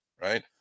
right